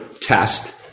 test